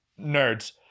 nerds